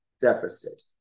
deficit